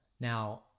Now